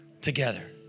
together